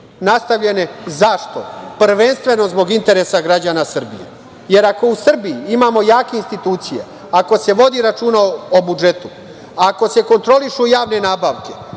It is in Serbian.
nastavljene. Zašto? Prvenstveno zbog interesa građana Srbije, jer ako u Srbiji imamo jake institucije, ako se vodi računa o budžetu, ako se kontrolišu javne nabavke,